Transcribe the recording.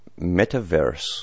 metaverse